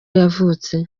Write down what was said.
yavutse